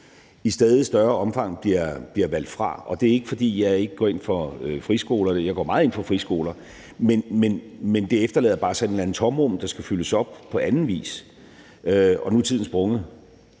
i stadig større omfang bliver valgt fra. Og det er ikke, fordi jeg ikke går ind for friskoler – jeg går meget ind for friskoler – men det efterlader bare sådan et eller andet tomrum, der skal fyldes op på anden vis. Og nu er tiden fløjet.